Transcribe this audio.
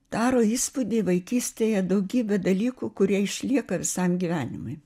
daro įspūdį vaikystėje daugybė dalykų kurie išlieka visam gyvenimui